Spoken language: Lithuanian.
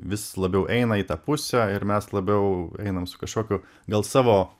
vis labiau eina į tą pusę ir mes labiau einam su kažkokiu gal savo